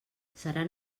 seran